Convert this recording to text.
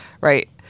right